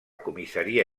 comissaria